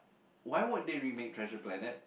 why would they remake Treasure Planet